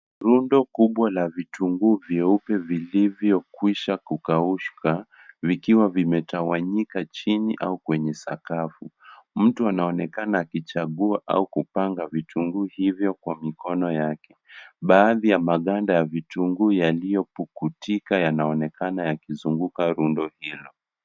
Rundo kubwa la vitunguu vyeupe vilivyo kwisha kukauka vikiwa vimetawanyika chini au kwenye sakafu mtu anaonekana akichagua au kupanga vitunguu hivyo kwa mikono yake baadhi ya magada ya vitunguu yaliyo pukutika yanaonekana yakizunguka rundo hilo.